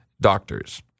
doctors